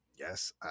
Yes